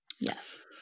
Yes